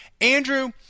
Andrew